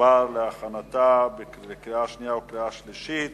ותועבר להכנתה לקריאה שנייה ולקריאה שלישית